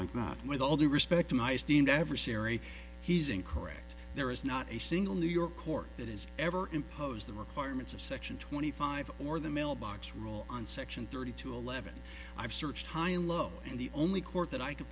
like that with all due respect to my esteemed ever sorry he's incorrect there is not a single new york court that has ever imposed the requirements of section twenty five or the mil box rule on section thirty two eleven i've searched high and low and the only court that i can